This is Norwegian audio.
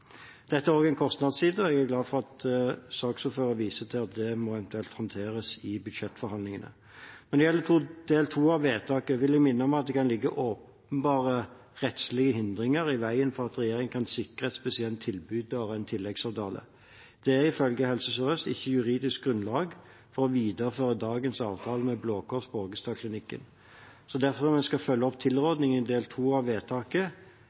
Dette har også en kostnadsside, og jeg er glad for at saksordføreren viser til at det eventuelt må håndteres i budsjettforhandlingene. Når det gjelder del to av vedtaket, vil jeg minne om at det kan ligge åpenbare rettslige hindringer i veien for at regjeringen kan sikre en spesiell tilbyder en tilleggsavtale. Det er ifølge Helse Sør-Øst ikke juridisk grunnlag for å videreføre dagens avtale med Blå Kors Borgestadklinikken. Når vi skal følge opp tilrådingen i del to av vedtaket,